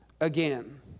again